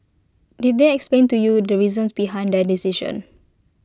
did they explain to you the reasons behind their decision